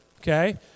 Okay